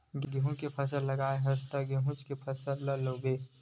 गहूँ के फसल लगाए हस त गहूँच के फसल ल लूबे